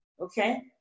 okay